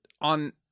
on